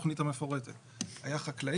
שנים כשהתוכנית המפורטת תאושר וייגמר כל התהליך,